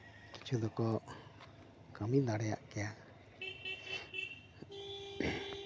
ᱠᱤᱪᱷᱩ ᱫᱚᱠᱚ ᱠᱟᱹᱢᱤ ᱫᱟᱲᱮᱭᱟᱜ ᱠᱮᱭᱟ